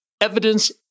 evidence